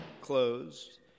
closed